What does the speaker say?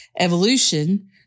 Evolution